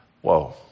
Whoa